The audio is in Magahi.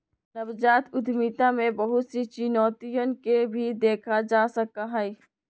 नवजात उद्यमिता में बहुत सी चुनौतियन के भी देखा जा सका हई